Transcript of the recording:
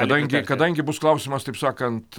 kadangi kadangi bus klausimas taip sakant